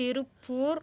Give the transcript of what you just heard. Tiruppur